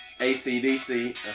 ACDC